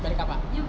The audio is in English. balik car park